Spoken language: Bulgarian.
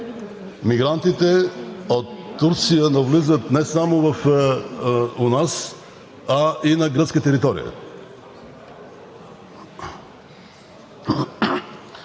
мигрантите от Турция навлизат не само у нас, а и на гръцка територия.